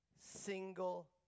single